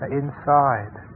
inside